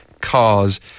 cars